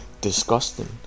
disgusting